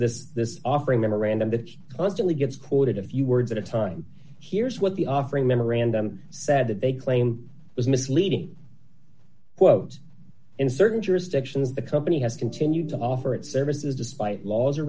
this this offering memorandum that constantly gets quoted a few words at a time here's what the offering memorandum said that they claim is misleading quote in certain jurisdictions the company has continued to offer its services despite laws